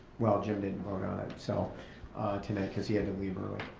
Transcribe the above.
well, jim didn't vote on it so today because he had to leave early.